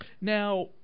Now